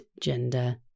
gender